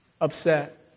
Upset